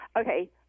okay